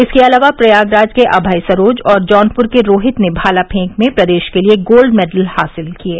इसके अलावा प्रयागराज के अभय सरोज और जौनपुर के रोहित ने भाला फेंक में प्रदेश के लिये गोल्ड मेडल हासिल किये